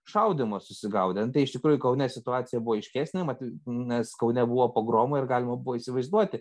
šaudymo susigaudė nu tai iš tikrųjų kaune situacija buvo aiškesnė maty nes kaune buvo pogromų ir galima buvo įsivaizduoti